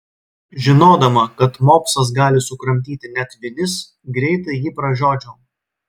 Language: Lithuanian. žinodama kad mopsas gali sukramtyti net vinis greitai jį pražiodžiau